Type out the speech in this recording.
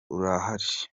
urahari